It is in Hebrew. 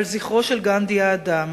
על זכרו של גנדי האדם,